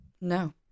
No